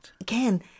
Again